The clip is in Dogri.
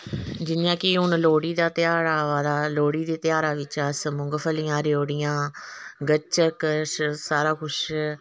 जि'यां कि हून लोह्ड़ी दा ध्यार आवा दा लोह्ड़ी दे ध्यारा बिच अस मुंगफलियां रयौड़ियां गचक सारा कुछ